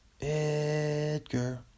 Edgar